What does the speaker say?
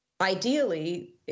ideally